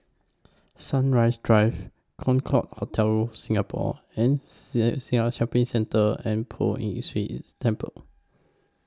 Sunrise Drive Concorde Hotel Singapore and Shopping Centre and Poh Ern Shih Temple